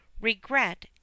regret